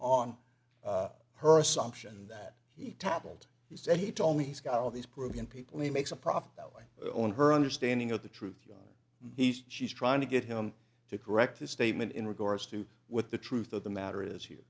on her assumption that he toppled he said he told me he's got all these broken people he makes a profit that way own her understanding of the truth he's she's trying to get him to correct his statement in regards to what the truth of the matter is here